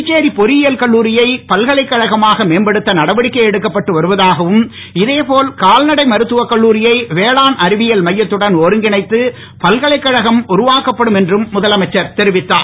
புதுச்சேரி பொறியியல் கல்லூரியை பல்கலைக்கழகமாக மேம்படுத்த நடவடிக்கை எடுக்கப்பட்டு வருவதாகவும் இதே போல கால்நடை மருத்துவகல்லூரியை வேளாண் அறிவியல் மையத்துடன் ஒருங்கிணைத்து பல்கலைக்கழகம் உருவாக்கப்படும் என்றும் முதலமைச்சர் தெரிவித்தார்